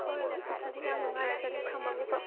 ꯍꯣꯏ ꯍꯣꯏ ꯑꯗꯨꯗꯤ ꯌꯥꯝ ꯅꯨꯡꯉꯥꯏꯖꯔꯦ ꯊꯝꯃꯒꯦꯀꯣ